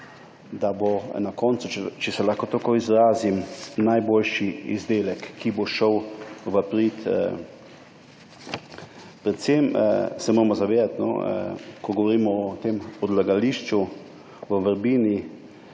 da bo na koncu, če se lahko tako izrazim, najboljši izdelek. Predvsem se moramo zavedati, ko govorimo o tem odlagališču v Vrbini,